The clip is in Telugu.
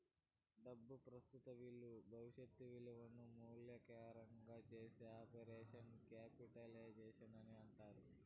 డబ్బు ప్రస్తుత ఇలువ భవిష్యత్ ఇలువను మూల్యాంకనం చేసే ఆపరేషన్ క్యాపిటలైజేషన్ అని అంటారు